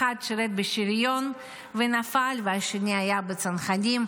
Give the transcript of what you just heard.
אחד שירת בשריון ונפל, והשני היה בצנחנים.